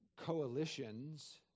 coalitions